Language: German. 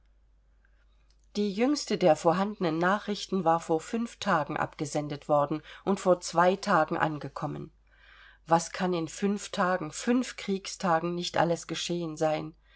die jüngste der vorhandenen nachrichten war vor fünf tagen abgesendet worden und vor zwei tagen angekommen was kann in fünf tagen fünf kriegstagen nicht alles geschehen sein